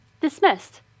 dismissed